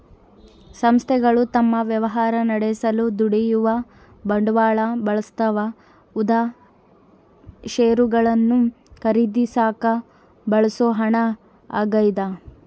ಸಂಸ್ಥೆಗಳು ತಮ್ಮ ವ್ಯವಹಾರ ನಡೆಸಲು ದುಡಿಯುವ ಬಂಡವಾಳ ಬಳಸ್ತವ ಉದಾ ಷೇರುಗಳನ್ನು ಖರೀದಿಸಾಕ ಬಳಸೋ ಹಣ ಆಗ್ಯದ